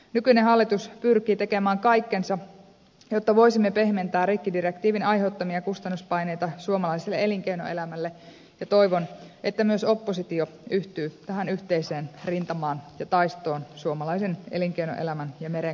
nykyinen hallitus pyrkii tekemään kaikkensa jotta voisimme pehmentää rikkidirektiivin aiheuttamia kustannuspaineita suomalaiselle elinkeinoelämälle ja toivon että myös oppositio yhtyy tähän yhteiseen rintamaan ja taistoon suomalaisen elinkeinoelämän ja merenkulun puolesta